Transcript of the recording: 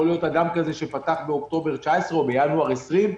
יכול להיות אדם כזה שפתח באוקטובר 2019 או בינואר 2020,